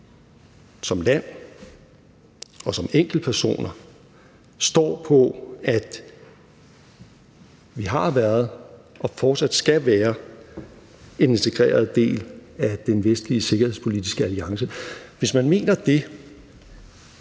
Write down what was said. som land og som enkeltpersoner står på, at vi har været og fortsat skal være en integreret del af den vestlige sikkerhedspolitiske alliance, så også bliver nødt